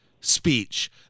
speech